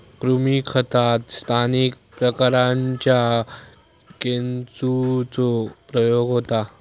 कृमी खतात स्थानिक प्रकारांच्या केंचुचो प्रयोग होता